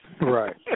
Right